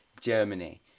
Germany